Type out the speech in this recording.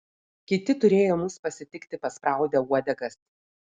kiti turėjo mus pasitikti paspraudę uodegas